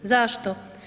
Zašto?